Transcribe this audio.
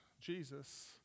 Jesus